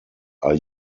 are